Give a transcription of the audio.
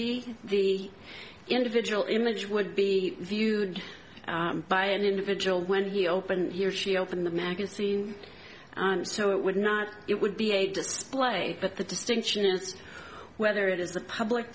be the individual image would be viewed by an individual when he opened here she opened the magazine so it would not it would be a display but the distinction is whether it is a public